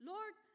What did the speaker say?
Lord